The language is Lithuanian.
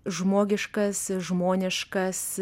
žmogiškas žmoniškas